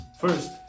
First